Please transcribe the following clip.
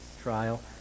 trial